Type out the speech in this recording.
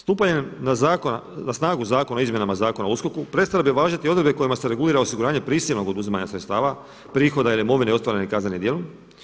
Stupanjem na snagu Zakona o izmjenama Zakona o USKOK-u prestale bi važiti odredbe kojima se regulira osiguranje prisilnog oduzimanja sredstava, prihoda ili imovine ostvarene kaznenim djelom.